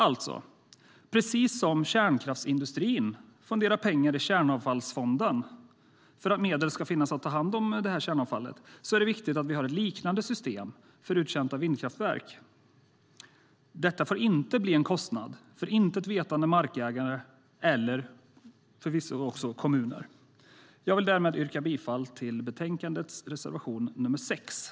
Alltså: Precis som kärnkraftsindustrin fonderar pengar i Kärnavfallsfonden för att medel ska finnas för att ta hand om kärnavfall är det viktigt att vi har ett liknande system för uttjänta vindkraftverk. Detta får inte bli en kostnad för intet vetande markägare eller för kommuner. Jag yrkar därmed bifall till reservation 6 i betänkandet.